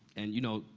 and you know,